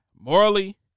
morally